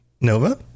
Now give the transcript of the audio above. Nova